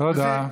תודה.